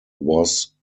was